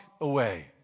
away